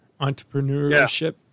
entrepreneurship